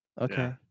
okay